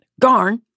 Garn